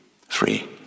Free